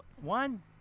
one